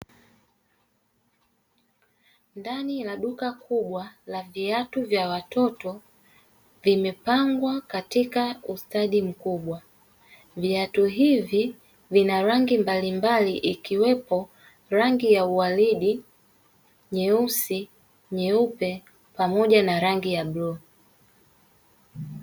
Ndani ya duka kubwa la viatu vya watoto vimepangwa katika ustadi mkubwa viatu hivi vina rangi mbalimbali, ikiwepo rangi ya uwaridi nyeusi nyeupe pamoja na rangi ya bluu.